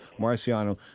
Marciano